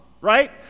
right